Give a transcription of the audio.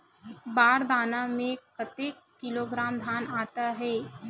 बार दाना में कतेक किलोग्राम धान आता हे?